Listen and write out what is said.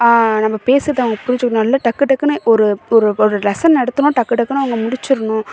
நம்ம பேசகிறத அவங்க புரிஞ்சுக்கணும் இல்லை டக்கு டக்குன்னு ஒரு ஒரு ஒரு லெசன் நடத்தினோம் டக்கு டக்குன்னு அவங்க முடிச்சிடுணும்